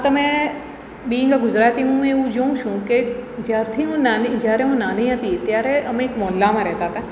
તમે બિંગ ગુજરાતી હું એવું જોઉં છું કે જ્યારથી હું નાની જ્યારથી હું નાની હતી ત્યારે અમે એક મોહલ્લામાં રહેતા હતા